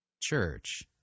church